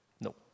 No